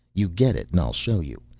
you get it and i'll show you.